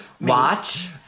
Watch